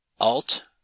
alt